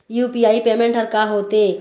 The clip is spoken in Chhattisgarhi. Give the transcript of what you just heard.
यू.पी.आई पेमेंट हर का होते?